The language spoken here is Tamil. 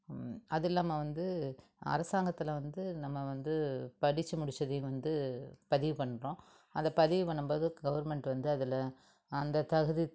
அது இல்லாமல் வந்து அரசாங்கத்தில் வந்து நம்ம வந்து படித்து முடிச்சதையும் வந்து பதிவு பண்ணுறோம் அந்த பதிவு பண்ணும்போது கவர்மெண்ட் வந்து அதில் அந்த தகுதி